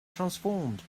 transformed